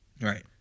Right